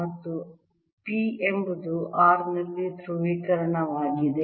ಮತ್ತು P ಎಂಬುದು r ನಲ್ಲಿ ಧ್ರುವೀಕರಣವಾಗಿದೆ